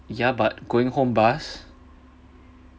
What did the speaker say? ya but going home bus